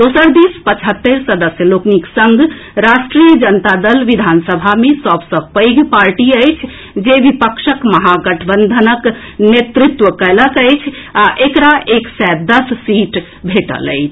दोसर दिस पचहत्तरि सदस्य लोकनिक संग राष्ट्रीय जनता दल विधानसभा मे सभ सँ पैघ पार्टी अछि जे विपक्षक महागठबंधन नेतृत्व कयलक अछि आ एकरा एक सय दस सीट भेटल अछि